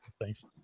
Thanks